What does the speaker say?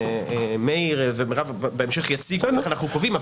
מאיר ומירב יציגו בהמשך איך אנחנו קובעים,